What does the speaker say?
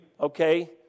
Okay